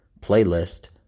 playlist